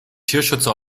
tierschützer